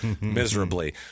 miserably